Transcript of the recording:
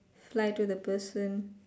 fly to the person